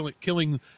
killing